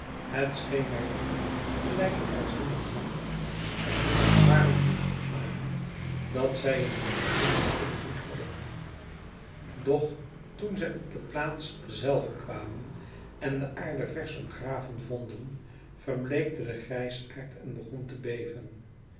het scheen mij toe gelijk ik uit hunnen gang en hunne gebaren kon opmaken dat zij in het eerst goeden moed hadden doch toen zij op de plaats zelve kwamen en de aarde versch omgegraven vonden verbleekte de grijsaard en begon te beven